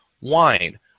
wine